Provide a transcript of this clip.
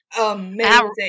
amazing